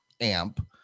amp